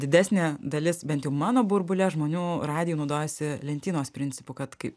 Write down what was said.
didesnė dalis bent jau mano burbule žmonių radiju naudojasi lentynos principu kad kai